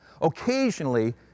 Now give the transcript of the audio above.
Occasionally